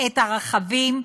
את הרכבים,